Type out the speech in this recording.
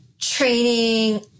training